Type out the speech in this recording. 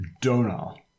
Donal